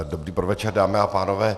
Dobrý podvečer, dámy a pánové.